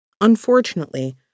Unfortunately